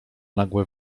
nagłe